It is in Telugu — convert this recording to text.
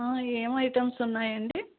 ఏం ఐటమ్స్ ఉన్నాయండి